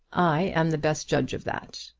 i am the best judge of that.